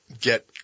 get